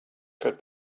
could